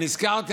נזכרתי